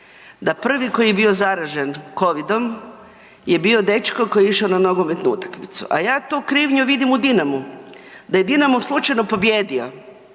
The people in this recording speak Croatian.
da prvi koji je bio zaražen COVID-om je bio dečko koji je išao na nogometnu utakmicu a ja tu krivnju vidim u Dinamu. Da je Dinamo slučajno pobijedio